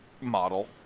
model